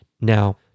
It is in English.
now